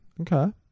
Okay